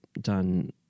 done